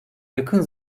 yakın